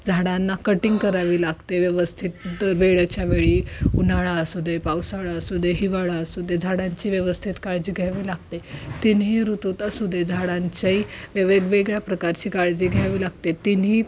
झाडांना कटिंग करावी लागते व्यवस्थित वेळेच्या वेळी उन्हाळा असू दे पावसाळा असू दे हिवाळा असू दे झाडांची व्यवस्थित काळजी घ्यावी लागते तिन्ही ऋतूत असू दे झाडांच्या वेगवेगळ्या प्रकारची काळजी घ्यावी लागते तिन्ही